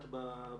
ראשית,